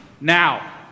Now